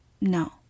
No